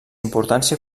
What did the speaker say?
importància